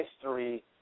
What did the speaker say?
history